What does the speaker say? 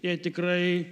jie tikrai